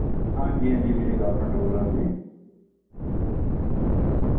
हांजी हांजी विजय कारपैंटर बोल्ला ने जी